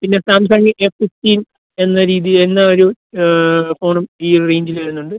പിന്നെ Samsung S fifteen എന്ന രീതി എന്ന ഒരു ഫോണും ഈ ഒരു റേഞ്ചിൽ വരുന്നുണ്ട്